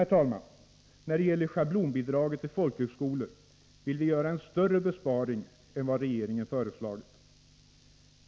När det slutligen gäller schablonbidraget till folkhögskolor vill vi göra en större besparing än vad regeringen föreslagit.